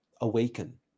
awaken